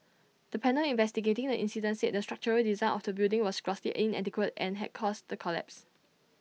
the panel investigating the incident said the structural design of the building was grossly inadequate and had caused the collapse